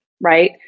right